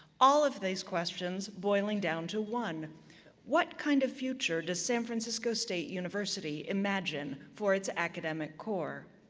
all of these questions boiling down to one what kind of future does san francisco state university imagine for its academic core?